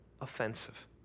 Offensive